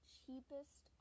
cheapest